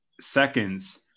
seconds